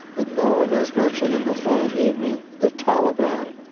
but no one has mentioned in the whole evening the taliban.